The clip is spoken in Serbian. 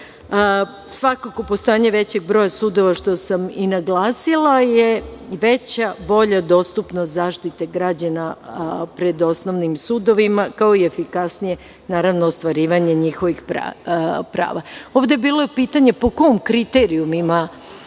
sudova. Svakako, postojanje većeg broja sudova, što sam i naglasila, je veća, bolja dostupnost zaštite građana pred osnovnim sudovima, kao i efikasnije ostvarivanje njihovih prava. Ovde je bilo i pitanje po kojim kriterijumima